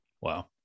Wow